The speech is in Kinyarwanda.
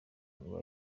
ngo